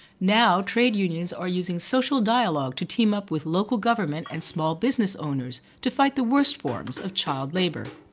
now, trade unions are using social dialogue to team up with local government and small business owners to fight the worst forms of child labour.